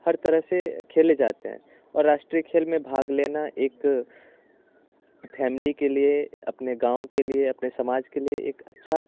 हर तरह से खेले जाते हैं और राष्ट्रीय खेल में भाग लेना एक फैमिली के लिए अपने गाँव के लिए अपने समाज के लिए एक अच्छा